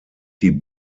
die